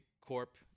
corp